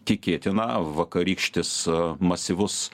tikėtina vakarykštis masyvus